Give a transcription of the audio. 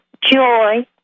joy